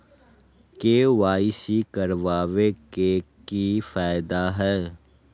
KYC करवाबे के कि फायदा है?